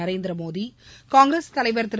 நரேந்திர மோடி காங்கிரஸ் தலைவர் திரு